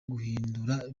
guhindura